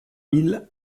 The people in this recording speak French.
mille